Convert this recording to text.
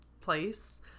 place